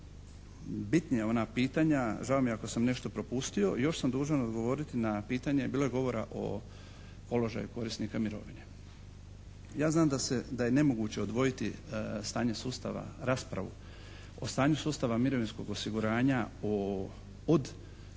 najbitnija ona pitanja, žao mi je ako sam nešto propustio. Još sam dužan odgovoriti na pitanje, bilo je govora o položaju korisnika mirovine. Ja znam da je nemoguće odvojiti stanje sustava, raspravu o stanju sustava mirovinskog osiguranja od rada